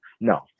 No